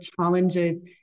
challenges